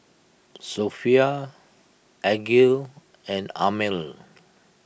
Sofea Aqil and Ammir